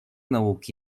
nauki